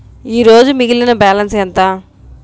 ఈరోజు మిగిలిన బ్యాలెన్స్ ఎంత?